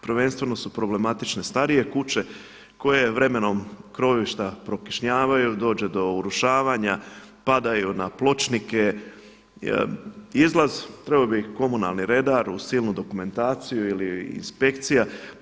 Prvenstveno su problematične starije kuće koje vremenom krovišta prokišnjavaju, dođe do urušavanja, padaju na pločnike, izlaz, trebao bi ih komunalni redar uz silnu dokumentaciju ili inspekcija.